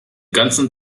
ganzen